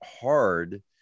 hard